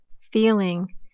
feeling